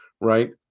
right